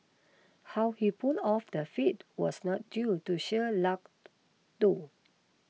how he pulled off the feat was not due to sheer luck though